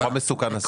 זה נורא מסוכן הסעיף.